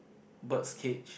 bird's cage